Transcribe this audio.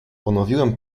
ponowiłem